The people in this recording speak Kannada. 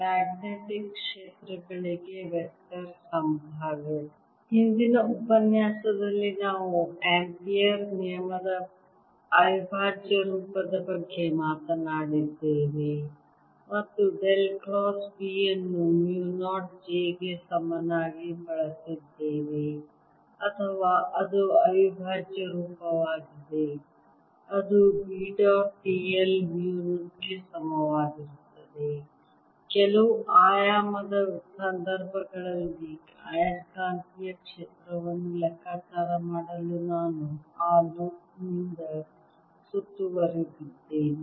ಮ್ಯಾಗ್ನೆಟಿಕ್ ಕ್ಷೇತ್ರಗಳಿಗೆ ವೆಕ್ಟರ್ ಸಂಭಾವ್ಯ ಹಿಂದಿನ ಉಪನ್ಯಾಸದಲ್ಲಿ ನಾವು ಆಂಪಿಯರ್ ನಿಯಮದ ಅವಿಭಾಜ್ಯ ರೂಪದ ಬಗ್ಗೆ ಮಾತನಾಡಿದ್ದೇವೆ ಮತ್ತು ಡೆಲ್ ಕ್ರಾಸ್ B ಅನ್ನು ಮ್ಯೂ 0 j ಗೆ ಸಮನಾಗಿ ಬಳಸಿದ್ದೇವೆ ಅಥವಾ ಅದು ಅವಿಭಾಜ್ಯ ರೂಪವಾಗಿದೆ ಅದು B dot d l mu ಗೆ ಸಮನಾಗಿರುತ್ತದೆ ಕೆಲವು ಆಯಾಮದ ಸಂದರ್ಭಗಳಲ್ಲಿ ಆಯಸ್ಕಾಂತೀಯ ಕ್ಷೇತ್ರವನ್ನು ಲೆಕ್ಕಾಚಾರ ಮಾಡಲು ನಾನು ಆ ಲೂಪ್ ನಿಂದ ಸುತ್ತುವರೆದಿದ್ದೇನೆ